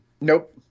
Nope